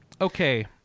okay